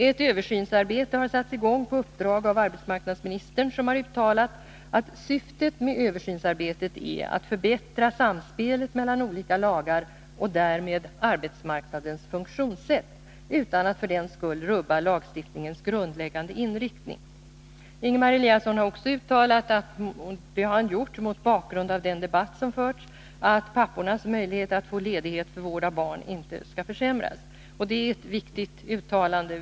Ett översynsarbete har satts i gång på uppdrag av arbetsmarknadsministern, som har uttalat att syftet med översynsarbetet är att förbättra samspelet mellan olika lagar och därmed arbetsmarknadens funktionssätt utan att för den skull rubba lagstiftningens grundläggande inriktning. Ingemar Eliasson har också uttalat, mot bakgrund av den debatt som förts, att pappornas möjligheter att få ledigt för vård av barn inte skall försämras. Och det är ett viktigt uttalande.